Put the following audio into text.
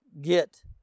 get